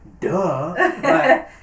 Duh